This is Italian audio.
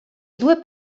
due